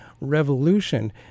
Revolution